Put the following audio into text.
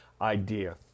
idea